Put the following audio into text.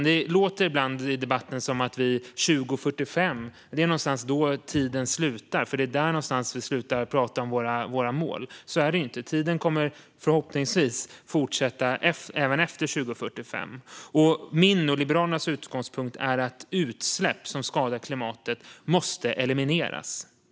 Det låter ibland i debatten som att tiden slutar någon gång runt 2045, för det är ungefär där som vi slutar tala om våra mål. Så är det inte. Tiden kommer förhoppningsvis att fortsätta även efter 2045. Min och Liberalernas utgångspunkt är att utsläpp som skadar klimatet måste elimineras.